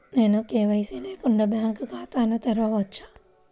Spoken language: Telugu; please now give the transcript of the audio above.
నేను కే.వై.సి లేకుండా బ్యాంక్ ఖాతాను తెరవవచ్చా?